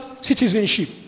citizenship